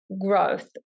growth